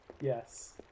Yes